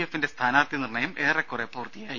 എഫിന്റെ സ്ഥാനാർഥിനിർണയം ഏറെക്കുറെ പൂർത്തിയായി